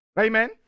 Amen